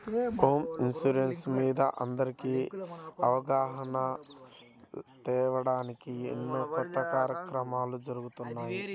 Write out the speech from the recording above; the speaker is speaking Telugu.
హోమ్ ఇన్సూరెన్స్ మీద అందరికీ అవగాహన తేవడానికి ఎన్నో కొత్త కార్యక్రమాలు జరుగుతున్నాయి